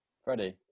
Freddie